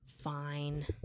fine